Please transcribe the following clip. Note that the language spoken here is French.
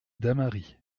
damary